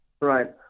Right